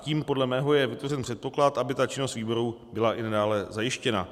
Tím podle mého je vytvořen předpoklad, aby ta činnost výboru byla i nadále zajištěna.